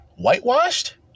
whitewashed